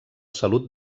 salut